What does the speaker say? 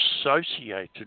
associated